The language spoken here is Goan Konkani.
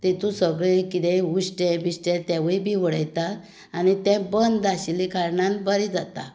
तातूंत सगळें कितेंय उश्टें बिश्टें तेंवूय बी वडयता आनी तें बंद आशिल्ले कारणान बरें जाता